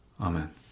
Amen